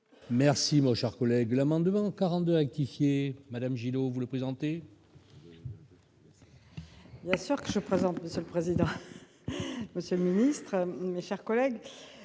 Merci mon cher collègue, l'amendement 42 rectifier Madame Gillot, vous le présenter. C'est sûr que je présente le président monsieur le ministre, chers collègues,